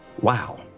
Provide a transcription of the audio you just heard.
wow